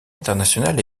international